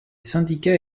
syndicats